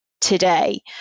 today